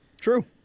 True